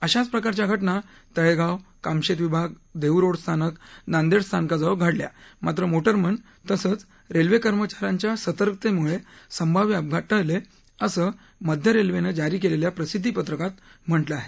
अशाच प्रकारच्या घटना तळेगाव कामशेत विभाग देह्रोड स्थानक नांदेड स्थानकाजवळ घडल्या मात्र मोटरमन तसंच रेल्वे कर्मचा यांच्या सतर्कतेमुळे संभाव्य अपघात टळले असं रेल्वेनं जारी केलेल्या प्रसिद्वीपत्राकात म्हटलं आहे